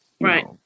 Right